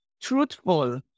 truthful